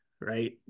right